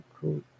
cool